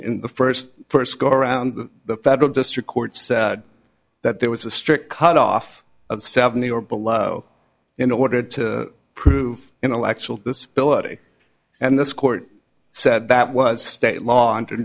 in the first first go around the federal district courts that there was a strict cutoff of seventy or below in order to prove intellectual disability and this court said that was state law and